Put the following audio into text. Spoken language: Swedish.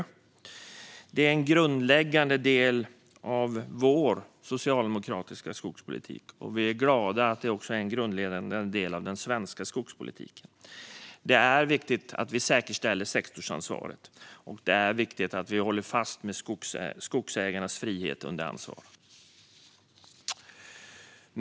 Detta är en grundläggande del av vår socialdemokratiska skogspolitik, och vi är glada att det också är en grundläggande del av den svenska skogspolitiken. Det är viktigt att vi säkerställer sektorsansvaret och håller fast vid skogsägarnas frihet under ansvar.